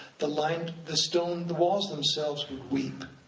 the like and the stone, the walls themselves would weep.